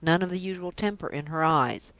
none of the usual temper in her eyes.